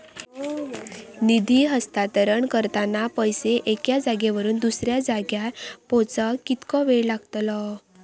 निधी हस्तांतरण करताना पैसे एक्या जाग्यावरून दुसऱ्या जाग्यार पोचाक कितको वेळ लागतलो?